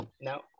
no